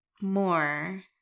more